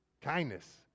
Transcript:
Kindness